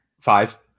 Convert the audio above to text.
Five